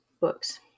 books